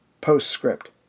Postscript